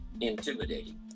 intimidating